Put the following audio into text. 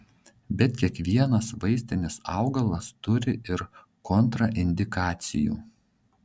bet kiekvienas vaistinis augalas turi ir kontraindikacijų